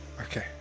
okay